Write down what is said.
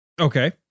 Okay